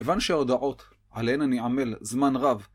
הבנת שההודעות עליהן אני עמל זמן רב.